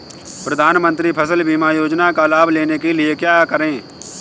प्रधानमंत्री फसल बीमा योजना का लाभ लेने के लिए क्या करें?